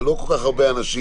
זה לא כל כך הרבה אנשים.